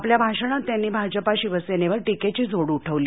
आपल्या भाषणात त्यांनी भाजपा शिवसेनेवर टीकेची झोड उठवली